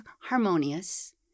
harmonious